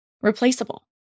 replaceable